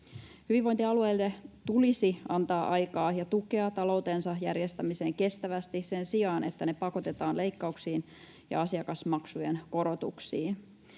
Hyvinvointialueille tulisi antaa aikaa ja tukea taloutensa järjestämiseen kestävästi sen sijaan, että ne pakotetaan leikkauksiin ja asiakasmaksujen korotuksiin.